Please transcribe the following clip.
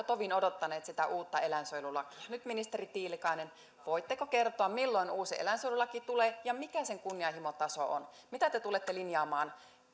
tovin odottaneet sitä uutta eläinsuojelulakia nyt ministeri tiilikainen voitteko kertoa milloin uusi eläinsuojelulaki tulee ja mikä sen kunnianhimon taso on mitä te tulette linjaamaan